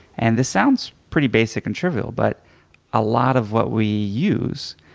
and this sounds pretty basic and trivial, but a lot of what we use,